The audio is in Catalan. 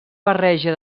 barreja